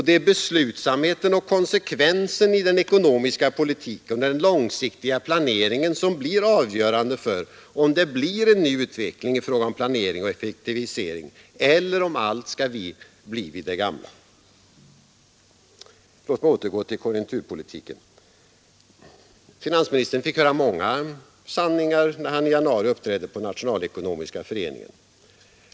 Det är beslutsamheten, konsekvensen i den ekonomiska politiken och den långsiktiga planeringen som blir avgörande för om det blir en ny utveckling i fråga om planering och effektivisering, eller om allt skall bli vid det gamla. Låt mig återgå till konjunkturpolitiken. Finansministern fick höra många sanningar, när han i januari uppträdde i Nationalekonomiska föreningen.